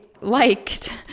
liked